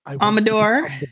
Amador